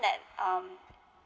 that um